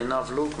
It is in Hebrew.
עינב לוק,